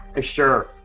sure